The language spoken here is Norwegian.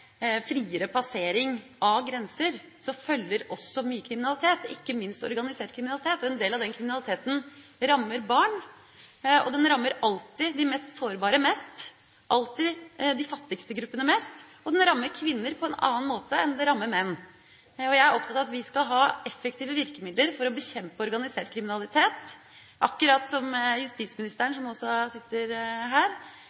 friere passering av grenser følger også mye kriminalitet, og ikke minst organisert kriminalitet. En del av den kriminaliteten rammer barn. Den rammer alltid de mest sårbare mest, alltid de fattigste gruppene mest, og den rammer kvinner på en annen måte enn den rammer menn. Jeg er opptatt av at vi skal ha effektive virkemidler for å bekjempe organisert kriminalitet – akkurat som justisministeren,